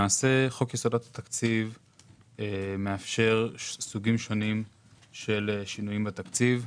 חוק יסודות התקציב מאפשר סוגים שונים של שינויים בתקציב.